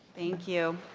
thank you